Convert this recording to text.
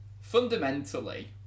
fundamentally